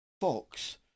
Fox